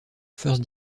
first